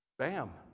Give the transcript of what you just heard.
Bam